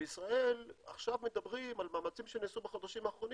בישראל עכשיו מדברים על מאמצים שנעשו בחודשים האחרונים,